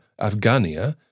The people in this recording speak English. Afghania